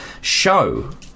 show